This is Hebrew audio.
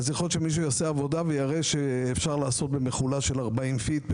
יכול להיות שמישהו יעשה עבודה ויראה שאפשר לעשות גם במכולה של 40 פיט,